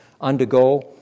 undergo